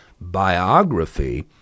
biography